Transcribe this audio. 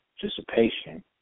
participation